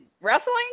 Wrestling